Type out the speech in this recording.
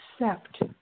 accept